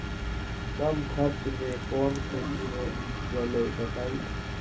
कम खर्च म कौन खेती हो जलई बताई?